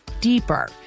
deeper